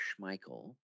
Schmeichel